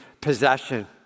possession